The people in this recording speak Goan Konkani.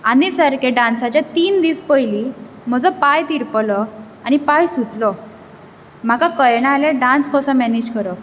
आनी सारके डान्साच्या तीन दीस पयलीं म्हजो पांय तिरपलो आनी पांय सुजलो म्हाका कळना जालें डान्स कसो मेनेज करप